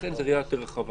ולכן זאת ראייה יותר רחבה.